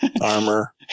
Armor